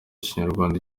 kinyarwanda